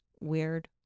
weird